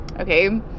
Okay